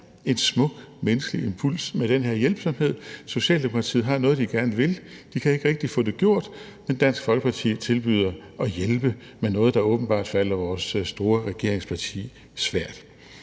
en smuk menneskelig impuls med den her hjælpsomhed. Socialdemokratiet har noget, de gerne vil. De kan ikke rigtig få det gjort, men Dansk Folkeparti tilbyder at hjælpe med noget, der åbenbart falder det store regeringsparti svært: